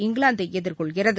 இங்கிலாந்தைஎதிர்கொள்கிறது